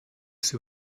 sie